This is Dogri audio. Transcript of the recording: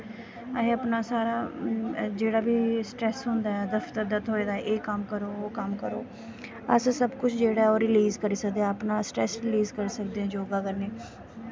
अस अपन सारा जेह्ड़ा बी स्ट्रैस होंदा ऐ दफ्तर दा थ्होए दा एह् करो ओह् कम्म करो अस सब कुछ जेह्ड़ा ऐ रलीज़ करी सकदे ऐं अपना स्ट्रैस रलीज़ करी सकदे आं योगा कन्नै